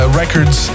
records